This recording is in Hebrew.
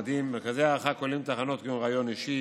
מרכזי ההערכה כוללים תחנות כמו ריאיון אישי,